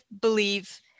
believe